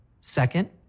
Second